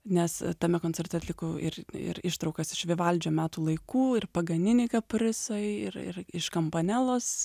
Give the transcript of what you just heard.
nes tame koncerte atlikau ir ir ištraukas iš vivaldžio metų laikų ir paganinį kaprisai ir ir iš kampanelos